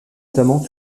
notamment